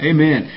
Amen